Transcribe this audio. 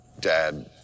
Dad